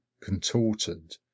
contorted